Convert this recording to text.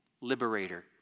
liberator